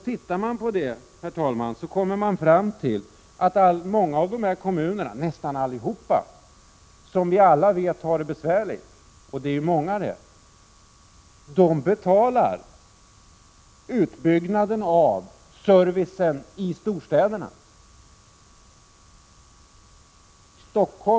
Tittar man på detta, herr talman, finner man att nästan alla de kommuner som vi vet har det besvärligt betalar utbyggnaden av servicen i storstäderna.